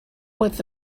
with